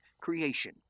creation